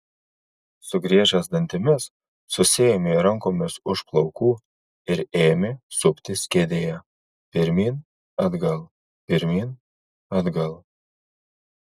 sugriežęs dantimis susiėmė rankomis už plaukų ir ėmė suptis kėdėje pirmyn atgal pirmyn atgal